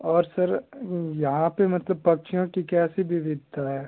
और सर यहाँ पर मतलब पक्षियों की कैसी विविधता है